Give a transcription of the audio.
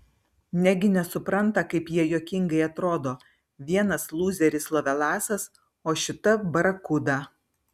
negi nesupranta kaip jie juokingai atrodo vienas lūzeris lovelasas o šita barakuda